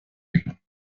elle